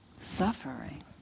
suffering